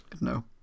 no